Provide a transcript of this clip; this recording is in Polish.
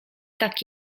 tak